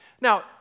Now